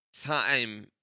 time